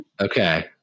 Okay